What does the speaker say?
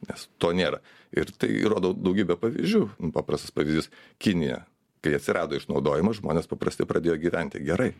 nes to nėra ir tai rodo daugybę pavyzdžių paprastas pavyzdys kinija kai atsirado išnaudojimai žmonės paprasti pradėjo gyventi gerai